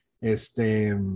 este